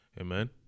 Amen